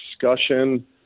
discussion